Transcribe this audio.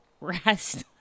rest